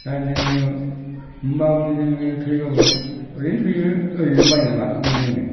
दा जोङो होनबाबो जोङो थैबाबो ओरैनो थैयो ओरैनो बायनानै लाफिनो जोङो